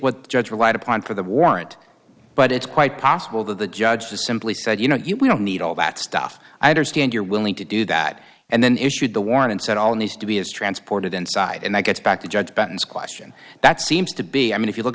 the judge relied upon for the warrant but it's quite possible that the judge just simply said you know you don't need all that stuff i understand you're willing to do that and then issued the warrant and said all needs to be as transported inside and that gets back to judge benton's question that seems to be i mean if you look